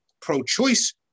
pro-choice